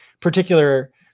particular